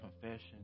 confession